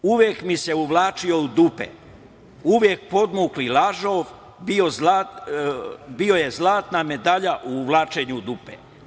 Uvek mi se uvlačio u dupe, uvek podmukli lažov, bio je zlatna medalja u uvlačenju u dupe.